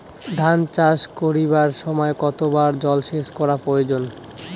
ধান চাষ করিবার সময় কতবার জলসেচ করা প্রয়োজন?